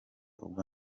ubwo